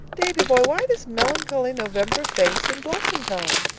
davy-boy, why this melancholy november face in blossom-time?